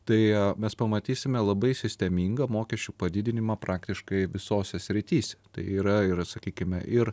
tai mes pamatysime labai sistemingą mokesčių padidinimą praktiškai visose srityse tai yra ir sakykime ir